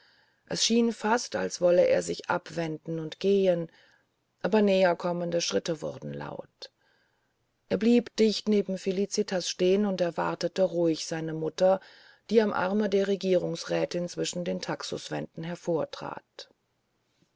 es schien fast als wolle er sich abwenden und gehen aber näherkommende schritte wurden laut er blieb dicht neben felicitas stehen und erwartete ruhig seine mutter die am arme der regierungsrätin zwischen den taxuswänden hervortrat